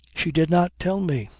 she did not tell me.